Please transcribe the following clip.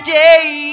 day